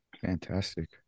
Fantastic